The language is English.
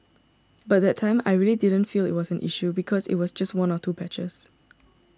but that time I really didn't feel it was an issue because it was just one or two patches